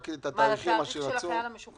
מה, לתאריך השחרור?